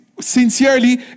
sincerely